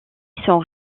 sont